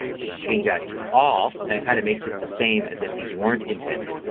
i can change that to all and it kind of makes it the same as if these weren't indented.